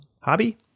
hobby